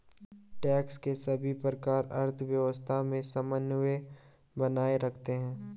tax के सभी प्रकार अर्थव्यवस्था में समन्वय बनाए रखते हैं